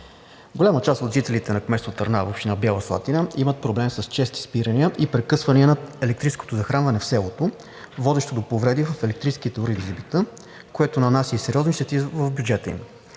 Голяма част от жителите на кметство Търнава, община Бяла Слатина, имат проблем с чести спирания и прекъсвания на електрическото захранване в селото, водещо до повреди в електрическите уреди за бита, което нанася сериозни щети в бюджета им.